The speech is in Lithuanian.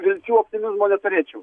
vilčių optimizmo neturėčiau